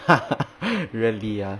really ah